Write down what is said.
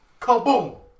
Kaboom